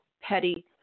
petty